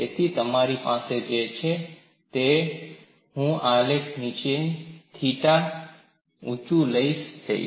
તેથી તમારી પાસે જે છે તે છે હું આ આલેખ ને નીચે થિ ઊચુ લઈ જઈશ